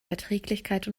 verträglichkeit